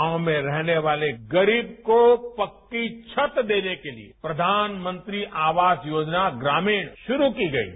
गांव में रहने वाले गरीब को पक्की छत देने के लिए प्रधानमंत्री आवास योजना ग्रामीण शुरू की गई है